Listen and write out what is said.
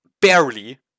barely